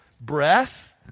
breath